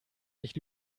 sich